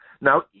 Now